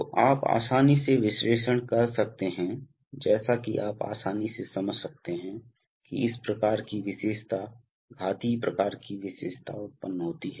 तो आप आसानी से विश्लेषण कर सकते हैं जैसा कि आप आसानी से समझ सकते हैं कि इस प्रकार की विशेषता घातीय प्रकार की विशेषता उत्पन्न होती है